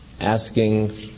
asking